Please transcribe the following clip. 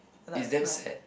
is damn sad